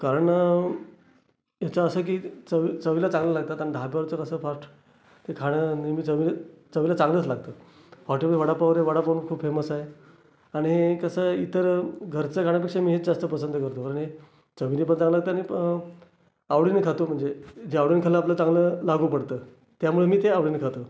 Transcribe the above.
कारण ह्याचं असं की चव चवीला चांगलं लागतात आणि धाब्यावरचं कसं फास्ट ते खाणं नेहमी चवी चवीला चांगलंच लागतं हॉटेलमध्ये वडापाव ते वडापाव खूप फेमस आहे आणि कसं इतर घरचं खाण्यापेक्षा मी हेच जास्त पसंत करतो आणि चवीने बघता आलं तर मी आवडीने खातो म्हणजे जे आवडीने खाणं आपलं चांगलं लागू पडतं त्यामुळं मी ते आवडीने खातो